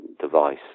device